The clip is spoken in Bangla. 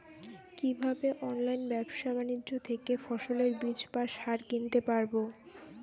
কীভাবে অনলাইন ব্যাবসা বাণিজ্য থেকে ফসলের বীজ বা সার কিনতে পারবো?